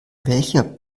welcher